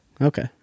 okay